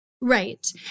Right